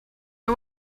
her